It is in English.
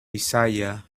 isaiah